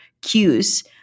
cues